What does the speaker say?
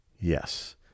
Yes